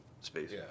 space